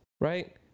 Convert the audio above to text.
right